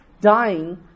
dying